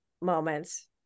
moments